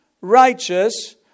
righteous